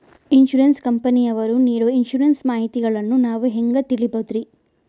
Insurance ಕಂಪನಿಯವರು ನೇಡೊ insurance ಮಾಹಿತಿಗಳನ್ನು ನಾವು ಹೆಂಗ ತಿಳಿಬಹುದ್ರಿ?